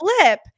flip